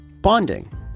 bonding